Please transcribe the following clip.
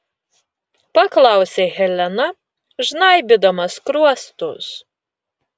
paklausė helena žnaibydama skruostus